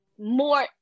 more